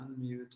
unmute